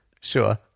Sure